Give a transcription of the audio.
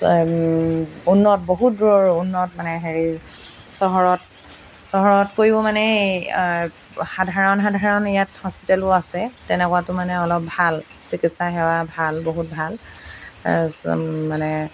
উন্নত বহুত দূৰৰ উন্নত মানে হেৰি চহৰত চহৰতকৈও মানে সাধাৰণ সাধাৰণ ইয়াত হস্পিতেলো আছে তেনেকুৱাতো মানে অলপ ভাল চিকিৎসা সেৱা ভাল বহুত ভাল তাৰছত মানে